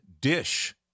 dish